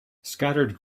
scattered